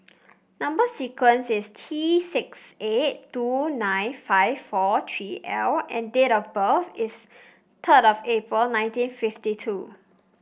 number sequence is T six eight two nine five four three L and date of birth is third of April nineteen fifty two